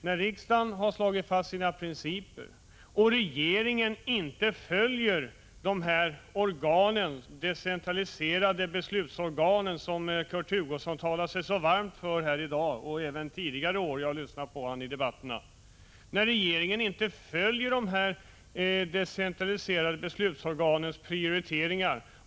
När regeringen inte följer de prioriteringar som de decentraliserade beslutsorganen har gjort och blankt struntar i vad som är angeläget, var skall man då, Kurt Hugosson, ta upp frågorna om inte i Sveriges riksdag?